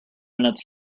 minutes